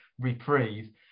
reprise